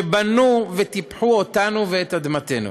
שבנו וטיפחו אותנו ואת אדמתנו.